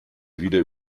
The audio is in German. wieder